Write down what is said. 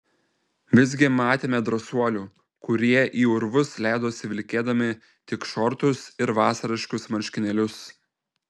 visgi matėme drąsuolių kurie į urvus leidosi vilkėdami tik šortus ir vasariškus marškinėlius